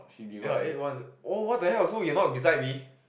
ya eight one oh what the hell so you are not beside me